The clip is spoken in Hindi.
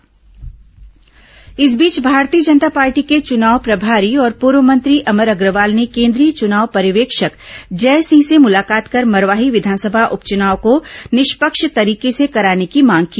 मरवाही उपचुनाव इस बीच भारतीय जनता पार्टी के चुनाव प्रभारी और पूर्व मंत्री अमर अग्रवाल ने केन्द्रीय चुनाव पर्यवेक्षक जयसिंह से मुलाकात कर मुलाकात विधानसभा उपचुनाव को निष्पक्ष तरीके से कराने की मांग की